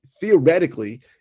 theoretically